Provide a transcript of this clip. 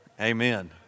Amen